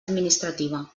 administrativa